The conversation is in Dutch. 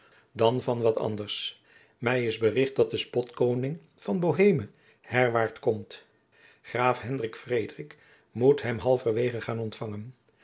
dan van wat anders mij is bericht dat de spotkoning van boheme herwaart komt graaf hendrik frederik moet hem halverwege gaan ontfangen